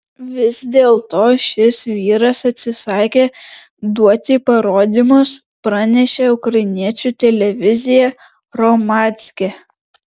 vis dėlto šis vyras atsisakė duoti parodymus pranešė ukrainiečių televizija hromadske